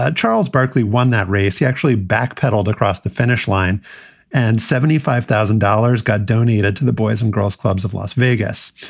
charles barkley won that race. he actually backpedaled across the finish line and seventy five thousand dollars got donated to the boys and girls clubs of las vegas.